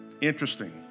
Interesting